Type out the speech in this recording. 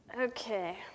Okay